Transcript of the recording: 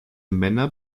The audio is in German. männer